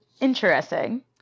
Interesting